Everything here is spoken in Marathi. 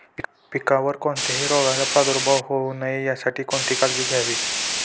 पिकावर कोणत्याही रोगाचा प्रादुर्भाव होऊ नये यासाठी कोणती काळजी घ्यावी?